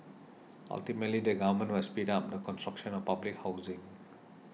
ultimately the government must speed up the construction of public housing